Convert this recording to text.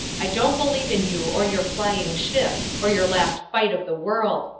i don't believe in you or your flying ship or your last fight of the world.